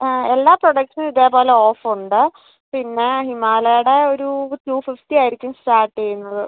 ആ എല്ലാ പ്രൊഡക്റ്റ്സിനും ഇതേപോലെ ഓഫൊണ്ട് പിന്നെ ഹിമാലേടെ ഒരു ടു ഫിഫ്റ്റി ആയിരിക്കും സ്റ്റാർട്ട് ചെയ്യുന്നത്